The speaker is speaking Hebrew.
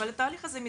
אבל התהליך הזה מתרחש.